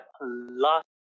last